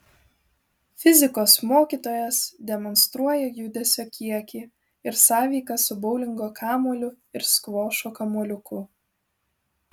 fizikos mokytojas demonstruoja judesio kiekį ir sąveiką su boulingo kamuoliu ir skvošo kamuoliuku